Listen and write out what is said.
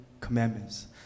commandments